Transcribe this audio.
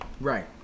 right